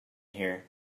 here